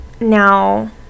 Now